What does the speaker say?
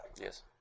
yes